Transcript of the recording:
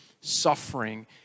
suffering